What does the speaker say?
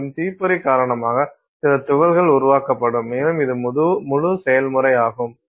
மேலும் தீப்பொறி காரணமாக சில துகள்கள் உருவாக்கப்படும் மேலும் இது முழு செயல்முறையாகும்